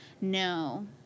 No